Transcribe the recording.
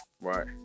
Right